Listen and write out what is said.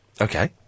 Okay